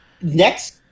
Next